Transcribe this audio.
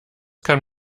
kann